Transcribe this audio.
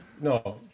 No